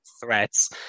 threats